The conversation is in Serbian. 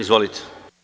Izvolite.